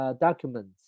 documents